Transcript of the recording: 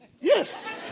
Yes